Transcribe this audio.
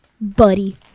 Buddy